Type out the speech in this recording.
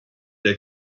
der